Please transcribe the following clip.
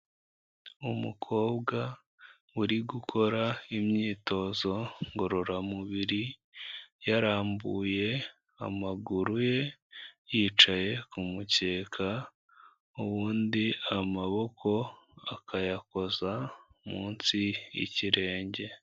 Umukobwa uri gukora imyitozo ngororamubiri yarambuye amaguru ye, yicaye ku mukeka, ubundi amaboko akayakoza munsi y'ikirenge.